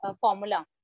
formula